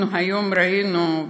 אנחנו היום ראינו,